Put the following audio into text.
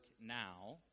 now